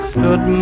Stood